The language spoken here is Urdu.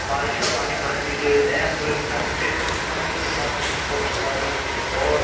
بارش کا پانی بھرنے کی وجہ سے ایمبولینس ٹائم پہ مریض کے پاس نہیں پہنچ پائی اور